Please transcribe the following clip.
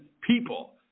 people